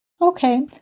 Okay